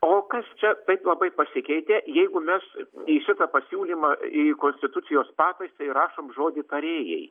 o kas čia taip labai pasikeitė jeigu mes į šitą pasiūlymą į konstitucijos pataisą įrašom žodį tarėjai